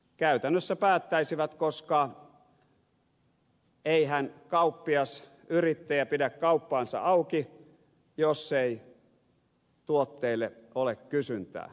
käytännössä päättäisivät koska eihän kauppias yrittäjä pidä kauppaansa auki jos ei tuotteille ole kysyntää